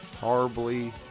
horribly